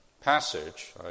passage